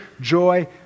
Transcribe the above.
joy